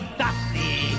dusty